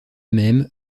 même